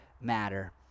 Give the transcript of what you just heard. matter